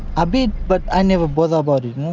a bit, but i never bother about it.